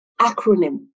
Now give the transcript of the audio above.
acronym